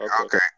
okay